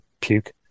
puke